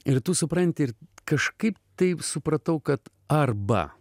ir tu supranti ir kažkaip taip supratau kad arba